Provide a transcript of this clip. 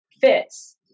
Fits